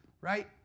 right